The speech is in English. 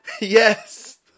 Yes